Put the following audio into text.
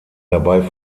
dabei